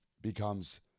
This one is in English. becomes